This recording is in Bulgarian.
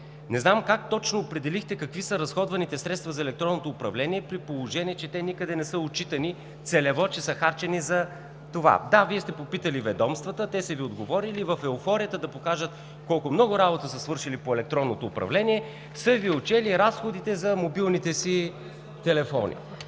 Не знам как точно определихте какви са разходваните средства за електронното управление, при положение че те никъде не са отчитани целево, че са харчени за това. Да, Вие сте попитали ведомствата, те са Ви отговорили и във еуфорията да покажат колко много работа са свършили по електронното управление, са Ви отчели разходите за мобилните си телефони.